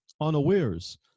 unawares